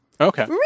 Okay